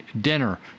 dinner